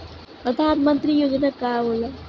परधान मंतरी योजना का होला?